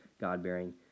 God-bearing